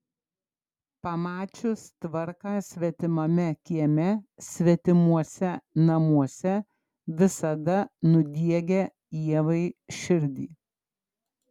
pamačius tvarką svetimame kieme svetimuose namuose visada nudiegia ievai širdį